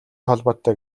холбоотой